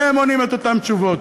והם עונים את אותן תשובות,